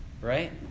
right